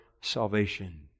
salvation